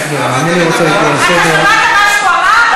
אל תתערבי.